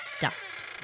dust